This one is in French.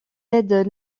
aides